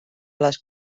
les